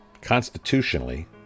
Constitutionally